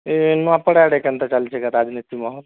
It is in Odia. ଏଁ ନୂଆପଡ଼ା ଆଡ଼େ କେମିତି ଚାଲିଛି କି ରାଜନୀତି ମହଲ